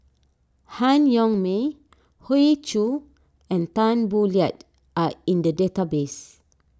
Han Yong May Hoey Choo and Tan Boo Liat are in the database